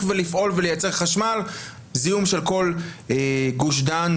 ולפעול ולייצר חשמל זיהום של כל גוש דן,